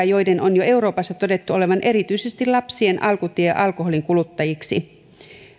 joiden on jo euroopassa todettu olevan erityisesti lapsien alkutie alkoholin kuluttajiksi